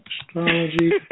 Astrology